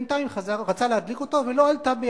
רצה להדליק אותו, ולא עלתה בידו.